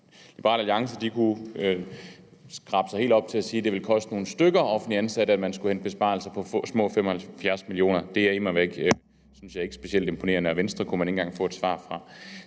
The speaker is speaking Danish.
Liberal Alliance kunne strække sig helt til at sige, at det vil koste nogle stykker offentligt ansatte, at man skulle hente besparelser på små 75 mio. kr. Det er immer væk, synes jeg, ikke specielt imponerende. Og Venstre kunne man ikke engang få et svar fra.